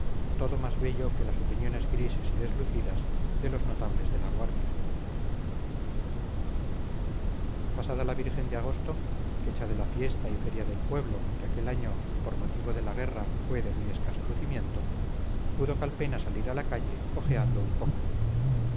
todo más bello que las opiniones grises y deslucidas de los notables de la guardia pasada la virgen de agosto fecha de la fiesta y feria del pueblo que aquel año por motivo de la guerra fue de muy escaso lucimiento pudo calpena salir a la calle cojeando un poco